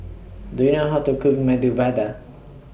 Do YOU know How to Cook Medu Vada